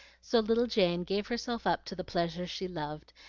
so little jane gave herself up to the pleasures she loved,